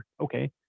okay